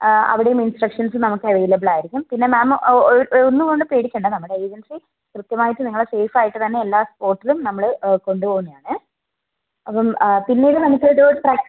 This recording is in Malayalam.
അവിടെയും ഇൻസ്ട്രക്ഷൻസ് നമുക്ക് അവൈലബിൾ ആയിരിക്കും പിന്നെ മാം ഒ ഒരു ഒന്നു കൊണ്ടും പേടിക്കേണ്ട നമ്മുടെ ഏജൻസി കൃത്യമായിട്ട് നിങ്ങളെ സേഫ് ആയിട്ട് തന്നെ എല്ലാ സ്പോട്ടിലും നമ്മൾ കൊണ്ടുപോകുന്നതാണ് അപ്പം പിന്നീട് നമുക്കൊരു ട്ര